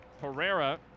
Pereira